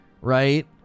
right